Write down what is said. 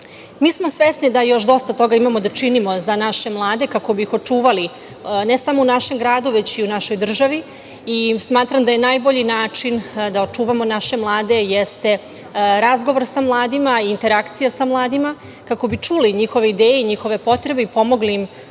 smo svesni da još dosta toga imamo da činimo za naše mlade kako bi ih očuvali ne samo u našem gradu, već i u našoj državi i smatram da je najbolji način da očuvamo naše mlade razgovor sa mladima i interakcija sa mladima kako bi čuli njihove ideje i njihove potrebe i pomogli im